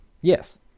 yes